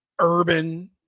urban